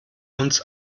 uns